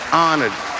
honored